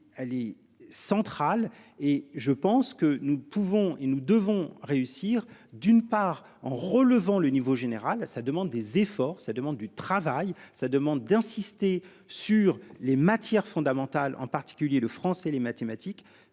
allée centrale. Et je pense que nous pouvons et nous devons réussir, d'une part en relevant le niveau général, ça demande des efforts, ça demande du travail ça demande d'insister sur les matières fondamentales, en particulier le Français, les mathématiques